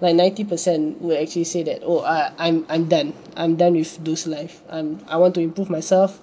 like ninety percent will actually say that oh I I'm I'm done I'm done with those life and I want to improve myself